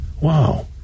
wow